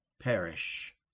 perish